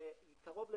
קרוב ללווייתן,